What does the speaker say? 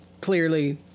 clearly